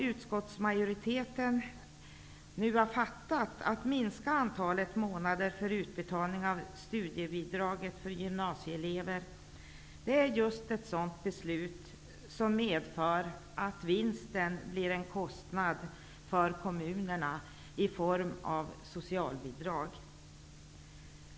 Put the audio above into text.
Utskottsmajoritetens beslut om att minska antalet månader för utbetalning av studiebidrag för gymnasieelever är just ett beslut som medför att vinsten omvandlas till en kostnad för kommunerna i form av socialbidrag.